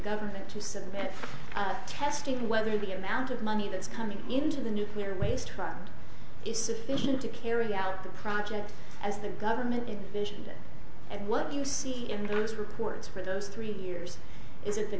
government to submit testing whether the amount of money that's coming into the nuclear waste is sufficient to carry out the project as the government vision and what you see in these reports for those three years is it the